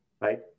right